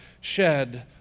shed